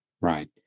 Right